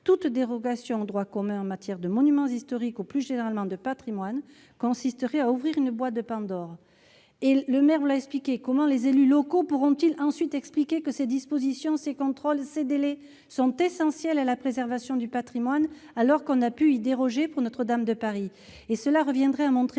des dérogations au droit commun en matière de monuments historiques ou, plus généralement, de patrimoine reviendrait à ouvrir une boîte de Pandore. Comment les élus locaux pourront-ils expliquer que ces dispositions, ces contrôles, ces délais sont essentiels à la préservation du patrimoine, si l'on a pu y déroger pour Notre-Dame de Paris ? Cela reviendrait à montrer